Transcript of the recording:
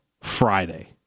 Friday